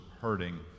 hurting